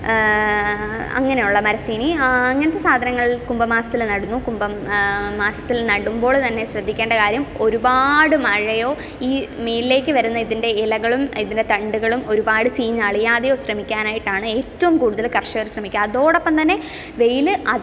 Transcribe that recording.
അങ്ങനെയുള്ള മരച്ചീനി അങ്ങനത്തെ സാധനങ്ങൾ കുംഭമാസത്തിൽ നടന്നു കുംഭം മാസത്തിൽ നടുമ്പോൾ തന്നെ ശ്രദ്ധിക്കേണ്ട കാര്യം ഒരുപാട് മഴയോ ഈ മേലിലേക്ക് വരുന്ന ഇതിൻ്റെ ഇലകളും ഇതിൻ്റെ തണ്ടുകളും ഒരുപാട് ചീഞ്ഞളിയാതെയോ ശ്രമിക്കാനായിട്ടാണ് ഏറ്റവും കൂടുതൽ കർഷകർ ശ്രമിയ്ക്കുക അതോടൊപ്പം തന്നെ വെയിൽ